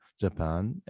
japan